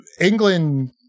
England